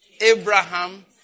Abraham